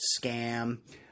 scam